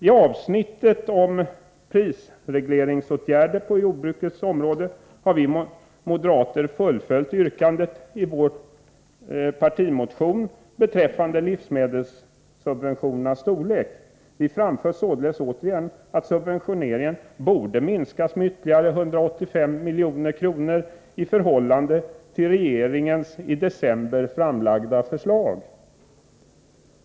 I avsnittet om prisregleringsåtgärder på jordbrukets område har vi moderater fullföljt yrkandet i vår partimotion beträffande livsmedelssubventionernas storlek. Vi framför således återigen uppfattningen att subventioneringen borde minskas med ytterligare 185 milj.kr. i förhållande till regeringens i december framlagda förslag.